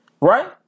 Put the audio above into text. Right